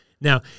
Now